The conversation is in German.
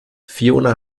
fiona